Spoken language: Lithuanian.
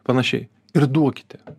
panašiai ir duokite